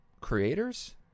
creators